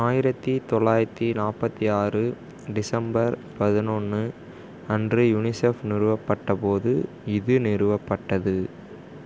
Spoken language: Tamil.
ஆயிரத்து தொள்ளாயிரத்து நாற்பத்தி ஆறு டிசம்பர் பதினொன்று அன்று யுனிசெப் நிறுவப்பட்டபோது இது நிறுவப்பட்டது